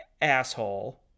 asshole